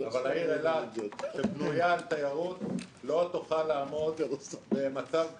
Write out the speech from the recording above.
אבל העיר אילת שבנויה על תיירות לא תוכל לעמוד במצב כזה.